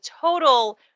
total